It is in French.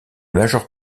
majeure